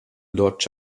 lord